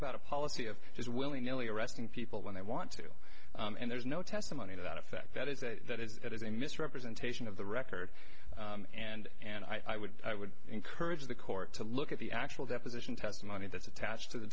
about a policy of just willy nilly arresting people when they want to and there's no testimony to that effect that is that it is a misrepresentation of the record and and i would i would encourage the court to look at the actual deposition testimony that's attached to the